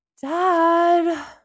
Dad